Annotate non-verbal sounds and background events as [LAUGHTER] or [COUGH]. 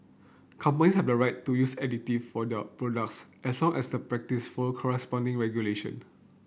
companies have the right to use additive for [UNINTELLIGIBLE] products as long as the practice follow corresponding regulation